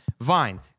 Vine